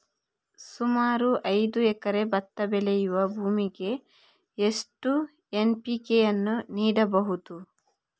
ಸುಮಾರು ಐದು ಎಕರೆ ಭತ್ತ ಬೆಳೆಯುವ ಭೂಮಿಗೆ ಎಷ್ಟು ಎನ್.ಪಿ.ಕೆ ಯನ್ನು ನೀಡಬಹುದು?